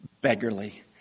beggarly